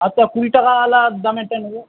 আচ্ছা কুড়ি টাকাওয়ালা দামেরটাই নেব